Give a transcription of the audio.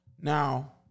Now